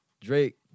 Drake